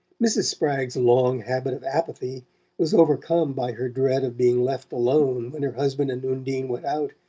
mrs. spragg's long habit of apathy was overcome by her dread of being left alone when her husband and undine went out,